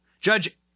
Judge